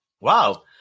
wow